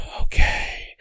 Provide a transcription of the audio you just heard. okay